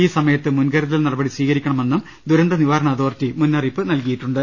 ഈ സമയത്ത് മുൻകരുതൽ നടപടി സ്വീകരിക്കണമെന്നും ദുരന്ത നിവാ രണ അതോറിറ്റി മുന്നറിയിപ്പ് നൽകിയിട്ടുണ്ട്